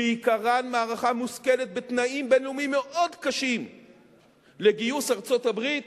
שעיקרם מערכה מושכלת בתנאים בין-לאומיים מאוד קשים לגיוס ארצות-הברית,